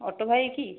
auto ଭାଇ କି